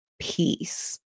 peace